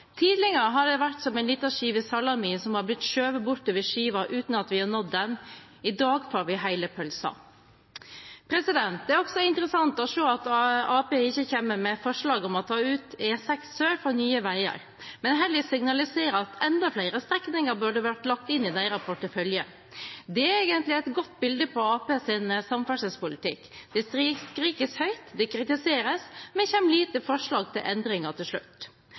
Tidligere har det vært som en liten skive salami som har blitt skjøvet bortover skiva uten at vi har nådd den. I dag får vi hele pølsa! Det er også interessant å se at Arbeiderpartiet ikke kommer med forslag om å ta ut E6 sør fra Nye Veier, men heller signaliserer at enda flere strekninger burde vært lagt inn i deres portefølje. Det er egentlig et godt bilde på Arbeiderpartiets samferdselspolitikk: Det skrikes høyt, det kritiseres, men det kommer få forslag til endringer til slutt.